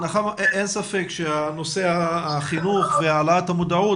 אין ספק שנושא החינוך והעלאת המודעות